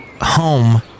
Home